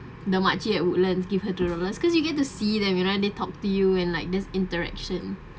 the mak cik at woodlands give her two dollars cause you get to see them you know and they talk to you and like this interaction